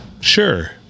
sure